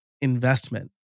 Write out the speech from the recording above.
investment